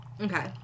Okay